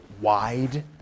wide